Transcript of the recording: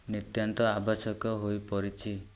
ନିତ୍ୟାନ୍ତ ଆବଶ୍ୟକ ହୋଇ ପଡ଼ିଛି